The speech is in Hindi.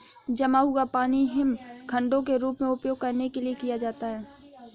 जमा हुआ पानी हिमखंडों के रूप में उपयोग करने के लिए किया जाता है